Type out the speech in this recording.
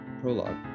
Prologue